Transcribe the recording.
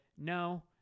No